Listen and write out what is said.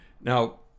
Now